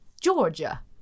Georgia